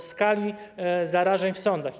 o skali zarażeń w sądach.